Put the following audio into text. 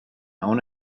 own